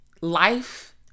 life